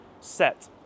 set